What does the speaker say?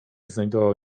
znajdował